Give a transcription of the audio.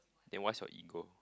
then what's your ego